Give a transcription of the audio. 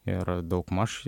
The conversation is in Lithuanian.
ir daugmaž